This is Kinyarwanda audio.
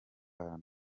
kantu